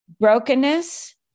brokenness